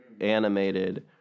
animated